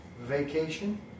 vacation